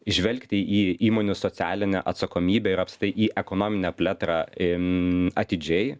žvelgti į įmonių socialinę atsakomybę ir apskritai į ekonominę plėtrą atidžiai